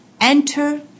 enter